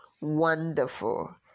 wonderful